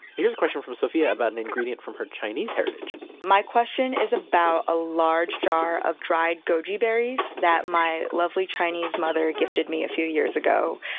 here's a question from sophia about an ingredient from her chinese heritage my question is about a large jar of dried goji berries that my lovely chinese mother gifted me a few years ago.